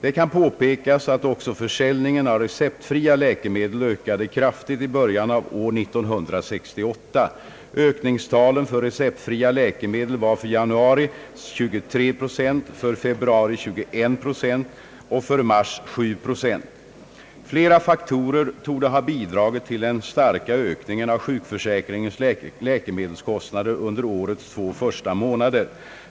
Det kan påpekas att också försäljningen av receptfria läkemedel ökade kraftigt i början av år 1968. Ökningstalen för receptfria läkemedel var för januari 23 procent, för februari 21 procent och för mars 7 procent. Flera faktorer torde ha bidragit till den starka ökningen av sjukförsäkringens läkemedelskostnader under årets två första månader.